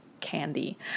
candy